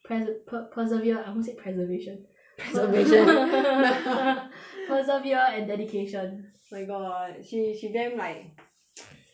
prese~ per persevere I won't say preservation preserve and dedication my god she she damn like